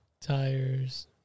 tires